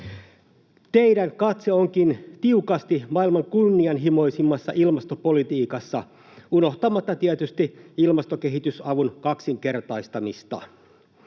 Teidän katseenne onkin tiukasti maailman kunnianhimoisimmassa ilmastopolitiikassa, unohtamatta tietysti ilmastokehitysavun kaksinkertaistamista.